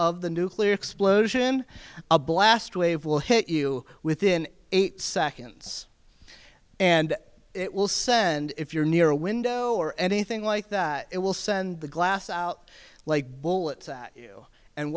of the nuclear explosion a blast wave will hit you within eight seconds and it will send if you're near a window or anything like that it will send the glass out like bullets at you and